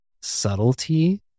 subtlety